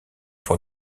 pour